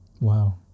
wow